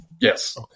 Yes